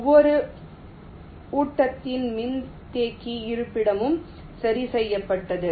ஒவ்வொரு ஊட்டத்தின் மின்தேக்கி இருப்பிடமும் சரி செய்யப்பட்டது